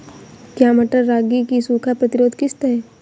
क्या मटर रागी की सूखा प्रतिरोध किश्त है?